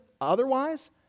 otherwise